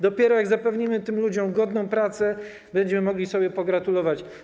Dopiero jak zapewnimy tym ludziom godną pracę, będziemy mogli sobie pogratulować.